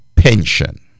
pension